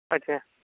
अच्छा